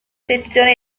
sezioni